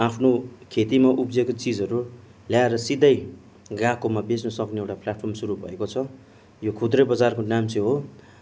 आफ्नो खेतीमा उब्जिएको चिजहरू ल्याएर सिधै ग्राहककोमा बेच्नु सक्ने एउटा प्लाटफर्म सुरु भएको छ यो खुद्रे बजारको नाम चाहिँ हो